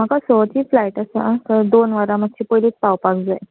म्हाका सची फ्लायट आसा थंय दोन वरां मात्शी पयलींच पावपाक जाय